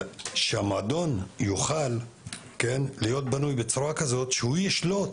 שהמועדון יוכל להיות בנוי בצורה כזאת שהוא ישלוט